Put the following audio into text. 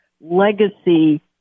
legacy